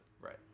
Right